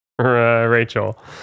rachel